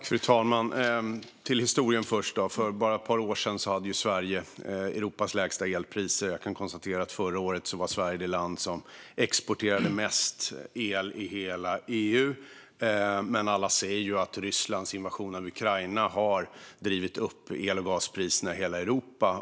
Fru talman! Till historien först: För bara ett par år sedan hade Sverige Europas lägsta elpriser. Jag kan konstatera att förra året var Sverige det land som exporterade mest el i hela EU. Men alla ser att Rysslands invasion av Ukraina har drivit upp el och gaspriserna i hela Europa.